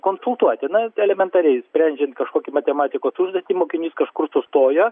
konsultuoti na elementariai sprendžiant kažkokį matematikos užduotį mokinys kažkur sustojo